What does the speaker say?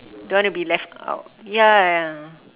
don't want to be left out ya